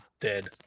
dead